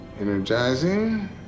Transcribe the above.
Energizing